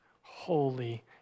holy